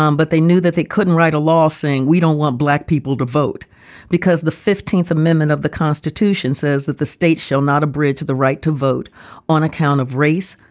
um but they knew that they couldn't write a law saying we don't want black people to vote because the fifteenth amendment of the constitution says that the state shall not a bridge to the right to vote on account of race,